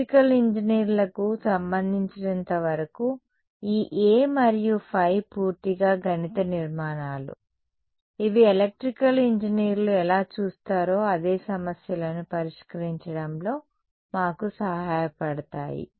electrical ఇంజనీర్లకు సంబంధించినంతవరకు ఈ A మరియు ϕ పూర్తిగా గణిత నిర్మాణాలు ఇవి ఎలక్ట్రికల్ ఇంజనీర్లు ఎలా చూస్తారో అదే సమస్యలను పరిష్కరించడంలో మాకు సహాయపడతాయి